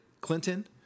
Clinton